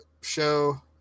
show